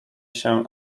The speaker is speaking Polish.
się